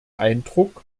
eindruck